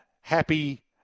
happy